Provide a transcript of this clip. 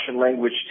language